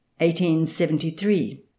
1873